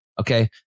Okay